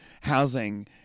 housing